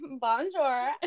bonjour